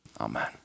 Amen